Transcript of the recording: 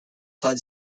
flood